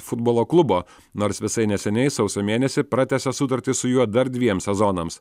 futbolo klubo nors visai neseniai sausio mėnesį pratęsė sutartį su juo dar dviem sezonams